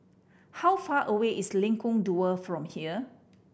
how far away is Lengkong Dua from here